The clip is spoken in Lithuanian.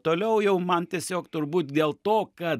toliau jau man tiesiog turbūt dėl to kad